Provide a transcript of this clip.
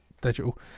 digital